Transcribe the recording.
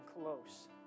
close